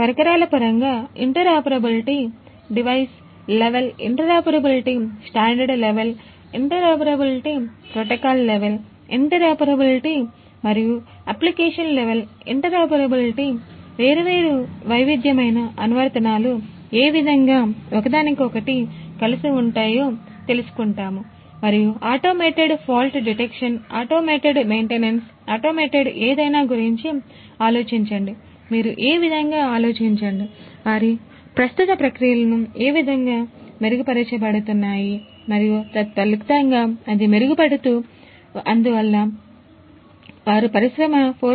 పరికరాల పరంగా interoperability automated ఏదైనా గురించి ఆలోచించండి మీరు ఏ విధంగా ఆలోచించండి వాటి ప్రస్తుత ప్రక్రియలను ఏ విధంగా మెరుగు పడుతున్నాయి మరియు తత్ఫలితంగా అవిమెరుగు పడుతూ మరియు అందువల్ల వారు పరిశ్రమన 4